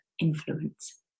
influence